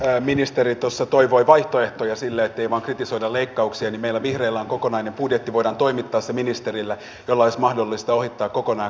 kun ministeri tuossa toivoi vaihtoehtoja sille ettei vain kritisoida leikkauksia niin meillä vihreillä on kokonainen budjetti voidaan toimittaa se ministerille jolla olisi mahdollista ohittaa koko nämä koulutuksen leikkaukset